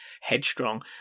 headstrong